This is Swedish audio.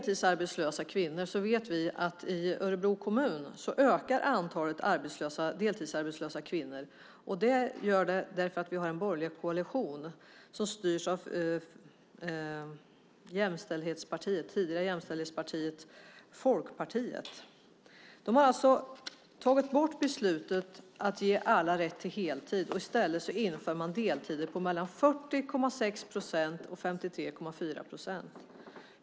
I Örebro kommun ökar antalet deltidsarbetslösa kvinnor därför att vi har en borgerlig koalition som styrs av det tidigare jämställdhetspartiet Folkpartiet. De har alltså rivit upp beslutet att ge alla rätt till heltid och i stället inför man deltider mellan 40,6 procent och 53,4 procent.